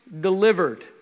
delivered